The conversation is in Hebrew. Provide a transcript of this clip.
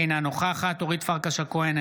אינה נוכחת אורית פרקש הכהן,